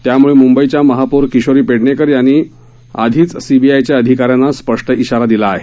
त्यामुळे मुंबईच्या महापौर किशोरी पेडणेकर यांनी आधीच सीबीआयच्या अधिकाऱ्यांना स्पष्ट इशारा दिला आहे